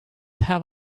have